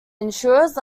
ensures